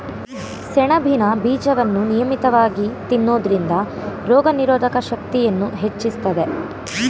ಸೆಣಬಿನ ಬೀಜವನ್ನು ನಿಯಮಿತವಾಗಿ ತಿನ್ನೋದ್ರಿಂದ ರೋಗನಿರೋಧಕ ಶಕ್ತಿಯನ್ನೂ ಹೆಚ್ಚಿಸ್ತದೆ